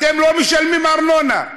אתם לא משלמים ארנונה,